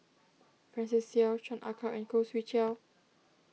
Francis Seow Chan Ah Kow and Khoo Swee Chiow